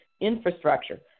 infrastructure